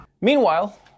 Meanwhile